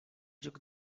lloc